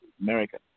America